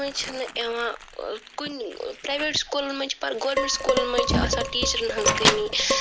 ۄۄنی چھِنہٕ یِوان کُنہِ پرایویٹ سکوٗلَن منٛز چھِ پَر گورمِنٹ سکوٗلَن منٛز چھِ آسان ٹیٖچرَن ہٕنٛز کمی